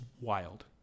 wild